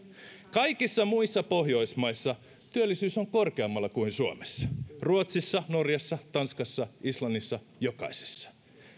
kaikissa muissa pohjoismaissa työllisyys on korkeammalla kuin suomessa ruotsissa norjassa tanskassa islannissa jokaisessa